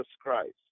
Christ